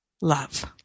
love